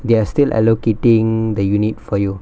they are still allocating the unit for you